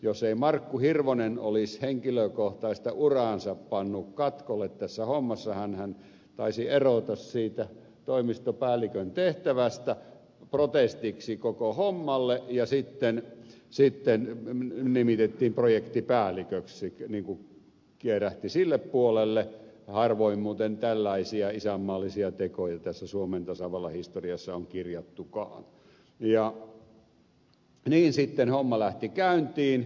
jos ei markku hirvonen olisi henkilökohtaista uraansa pannut katkolle tässä hommassa hänhän taisi erota siitä toimistopäällikön tehtävästä protestiksi koko hommalle ja sitten nimitettiin projektipäälliköksi kierähti niin kuin sille puolelle ja harvoin muuten tällaisia isänmaallisia tekoja suomen tasavallan historiassa on kirjattukaan ei homma olisi lähtenyt käyntiin